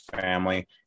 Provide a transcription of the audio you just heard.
family